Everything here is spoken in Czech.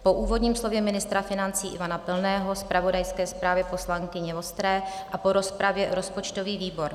Po úvodním slově ministra financí Ivana Pilného, zpravodajské zprávě poslankyně Vostré a po rozpravě rozpočtový výbor: